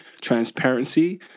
transparency